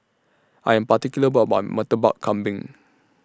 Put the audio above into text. I Am particular about My Murtabak Lambing